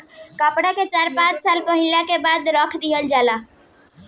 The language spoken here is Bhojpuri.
कपड़ा के चार पाँच साल पहिनला के बाद रख दिहल जाला